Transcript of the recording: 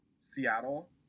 Seattle